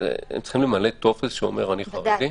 הם צריכים למלא טופס שאומר: אני חרדי?